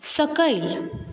सकयल